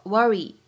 Worry